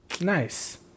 Nice